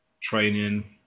training